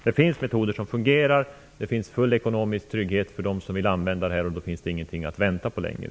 Det finns metoder som fungerar. Det finns full ekonomisk trygghet för dem som vill använda metoderna, då finns det inget att vänta på längre.